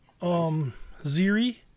Ziri